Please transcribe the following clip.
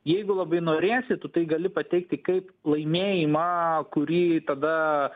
jeigu labai norėsi tu tai gali pateikti kaip laimėjimą kurį tada